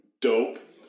dope